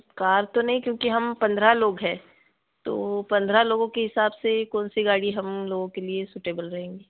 car तो नहीं क्योंकि हम पंद्रह लोग हैं तो पंद्रह लोगों के हिसाब से कौनसी गाड़ी हम लोगों के लिए सुटेबल रहेगी